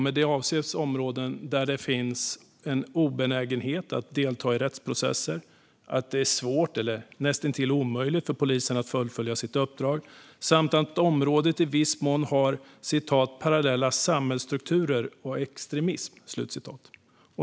Med detta avses områden där det finns en obenägenhet att delta i rättsprocesser, där det är svårt eller näst intill omöjligt för polisen att fullfölja sitt uppdrag och där det i viss mån finns "parallella samhällsstrukturer och extremism".